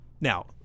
now